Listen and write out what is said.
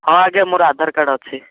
ହଁ ଆଜ୍ଞା ମୋର ଆଧାର କାର୍ଡ଼ ଅଛି